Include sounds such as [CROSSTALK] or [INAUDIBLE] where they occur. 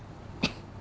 [COUGHS]